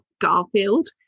Garfield